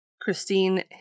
Christine